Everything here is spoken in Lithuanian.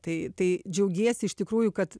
tai tai džiaugiesi iš tikrųjų kad